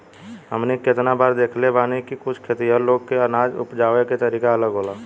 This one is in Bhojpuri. हमनी के केतना बार देखले बानी की कुछ खेतिहर लोग के अनाज उपजावे के तरीका अलग होला